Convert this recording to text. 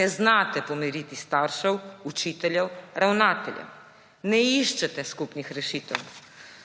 ne znate pomiriti staršev, učiteljev, ravnateljev, ne iščete skupnih rešitev.